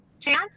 chance